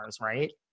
Right